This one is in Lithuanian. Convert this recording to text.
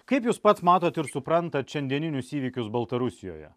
kaip jūs pats matot ir suprantat šiandieninius įvykius baltarusijoje